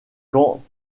quant